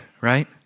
right